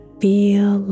feel